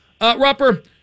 Rupper